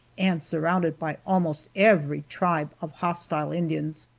and surrounded by almost every tribe of hostile indians.